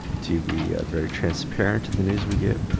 to be very transparent to the news we give,